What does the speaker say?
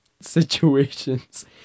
situations